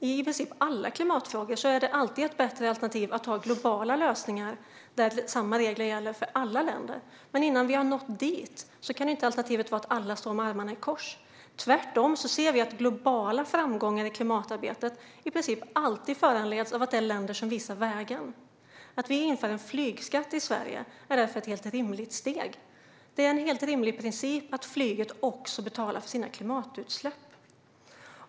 För i princip alla klimatfrågor är det alltid ett bättre alternativ att ha globala lösningar där samma regler gäller för alla länder. Men innan vi har nått dit kan inte alternativet vara att alla står med armarna i kors. Tvärtom ser vi att globala framgångar i klimatarbetet i princip alltid föranleds av att det finns länder som visar vägen. Att införa en flygskatt i Sverige är därför ett rimligt steg. Det är en helt rimlig princip att flyget också betalar för sina klimatutsläpp.